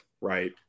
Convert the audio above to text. right